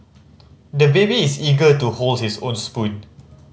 the baby is eager to hold his own spoon